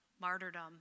martyrdom